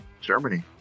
Germany